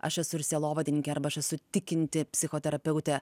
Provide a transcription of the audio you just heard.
aš esu ir sielovadininkė arba aš esu tikinti psichoterapeutė